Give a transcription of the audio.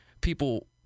people